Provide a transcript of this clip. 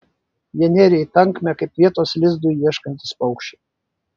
jie nėrė į tankmę kaip vietos lizdui ieškantys paukščiai